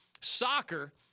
Soccer